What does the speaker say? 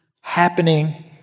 happening